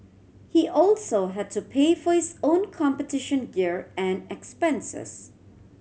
he also had to pay for his own competition gear and expenses